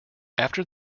after